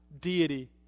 deity